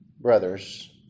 Brothers